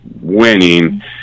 winning